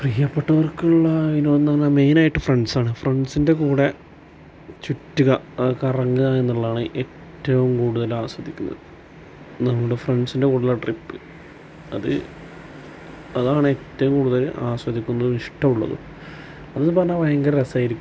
പ്രിയ്യപ്പെട്ടവർക്കുള്ള വിനോദം എന്ന് പറഞ്ഞാൽ മെയിനായിട്ട് ഫ്രണ്ട്സാണ് ഫ്രണ്ട്സിൻ്റെ കൂടെ ചുറ്റുക കറങ്ങുക എന്നുള്ളതാണ് ഏറ്റവും കൂടുതൽ ആസ്വദിക്കുന്നത് നമ്മുടെ ഫ്രണ്ട്സിൻ്റെ കൂടെയുള്ള ട്രിപ്പ് അത് അതാണ് ഏറ്റവും കൂടുതൽ ആസ്വദിക്കുന്നതും ഇഷ്ട ഉള്ളതും അതൊന്ന് പറഞ്ഞാൽ ഭയങ്കര രസമായിരിക്കും